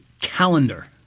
calendar